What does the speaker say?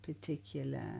particular